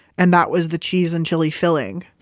and that was the cheese and chile filling.